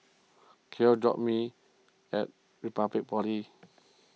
Gale drop me at Republic Polytechnic